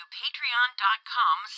patreon.com